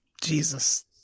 Jesus